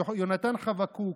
יונתן חבקוק,